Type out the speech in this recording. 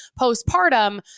postpartum